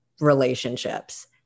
relationships